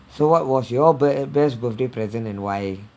so what was your bir~ eh best birthday present and why